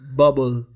bubble